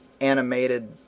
animated